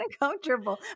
uncomfortable